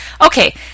Okay